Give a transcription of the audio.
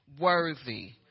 worthy